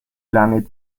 lange